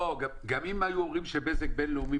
גם אם היו אומרים שבזק בינלאומי,